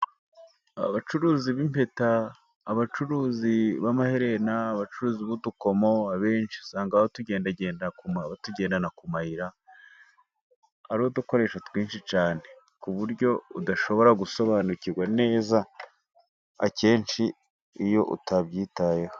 Abacuruzi b'impeta, abacuruzi b'amaherena, abacuruzi b'udukomo ,abenshi usanga batugendagendana ku mayira ,ari udukoresho twinshi cyane, ku buryo udashobora gusobanukirwa neza akenshi iyo utabyitayeho.